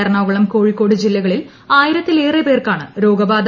എറണാകുളം കോഴിക്കോട് ജില്ലകളിൽ ആയിരത്തിലേറെപ്പേർക്കാണ് രോഗബാധ